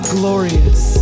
glorious